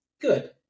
Good